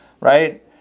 right